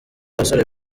basore